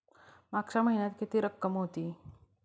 मागच्या महिन्यात किती रक्कम होती?